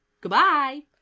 Goodbye